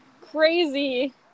Crazy